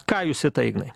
ką jūs į tai ignai